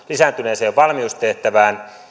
lisääntyneeseen valmiustehtävään